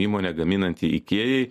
įmonė gaminanti ikėjai